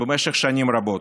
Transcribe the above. במשך שנים רבות.